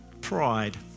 pride